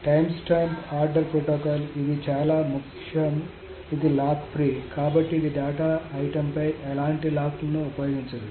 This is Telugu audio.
టైమ్స్టాంప్ ఆర్డర్ ప్రోటోకాల్ ఇది చాలా ముఖ్యం ఇది లాక్ ఫ్రీ కాబట్టి ఇది డేటా ఐటెమ్పై ఎలాంటి లాక్ను ఉపయోగించదు